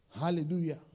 Hallelujah